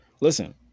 Listen